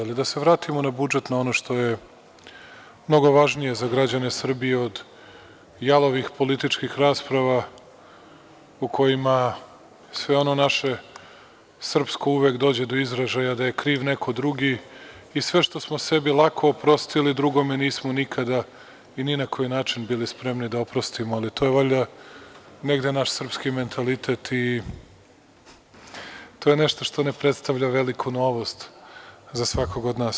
Ali, da se vratimo na budžet, na ono što je mnogo važnije za građane Srbije od jalovih političkih rasprava u kojima sve ono naše srpsko uvek dođe do izražaja da je kriv neko drugi i sve što smo sebi lako oprostili drugome nismo nikada i na koji način bili spremni da oprostimo, ali to je valjda negde naš srpski mentalitet i to je nešto što ne predstavlja veliku novost za svakog od nas.